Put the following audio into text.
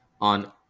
on